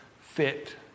fit